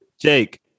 Jake